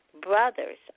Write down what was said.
Brothers